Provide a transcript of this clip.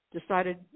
decided